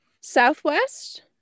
southwest